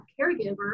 caregiver